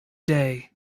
day